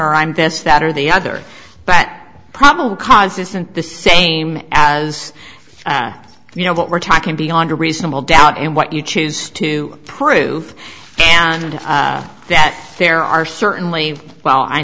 or i'm this that or the other but probable cause isn't the same as you know what we're talking beyond a reasonable doubt and what you choose to prove and that there are certainly well i